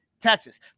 Texas